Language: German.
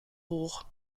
hoch